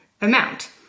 amount